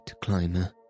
climber